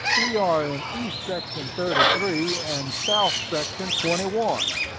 we are in east section thirty three, and south section twenty one.